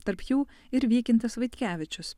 tarp jų ir vykintas vaitkevičius